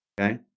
Okay